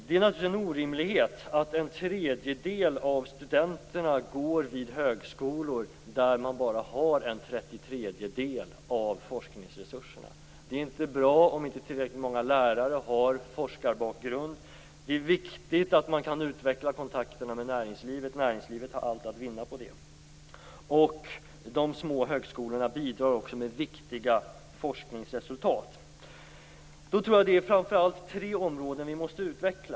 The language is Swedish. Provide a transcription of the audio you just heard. Det är naturligtvis en orimlighet att en tredjedel av studenterna går vid högskolor där man bara har en trettiotredjedel av forskningsresurserna. Det är inte bra om inte tillräckligt många lärare har forskarbakgrund. Det är viktigt att man kan utveckla kontakterna med näringslivet. Näringslivet har allt att vinna på det. De små högskolorna bidrar också med viktiga forskningsresultat. Jag tror att det framför allt är tre områden vi måste utveckla.